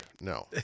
no